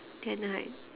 then like